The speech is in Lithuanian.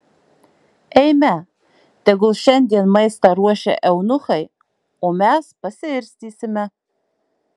eime tegul šiandien maistą ruošia eunuchai o mes pasiirstysime